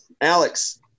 Alex